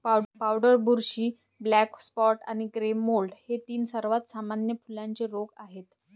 powder बुरशी, black spot आणि grey mould हे तीन सर्वात सामान्य फुलांचे रोग आहेत